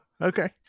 Okay